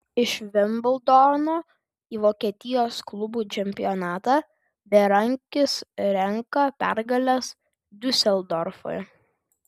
iš vimbldono į vokietijos klubų čempionatą berankis renka pergales diuseldorfui